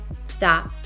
Stop